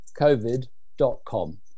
COVID.com